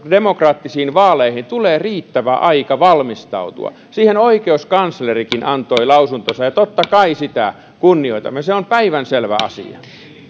demokraattisiin vaaleihin tulee riittävä aika valmistautua siitä oikeuskanslerikin antoi lausuntonsa ja totta kai sitä kunnioitamme se on päivänselvä asia